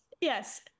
yes